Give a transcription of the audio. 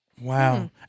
Wow